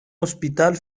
hospital